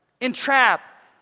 Entrap